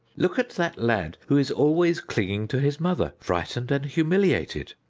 look at that lad who is always clinging to his mother, frightened and humiliated.